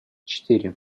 четыре